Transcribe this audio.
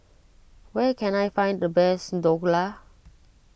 where can I find the best Dhokla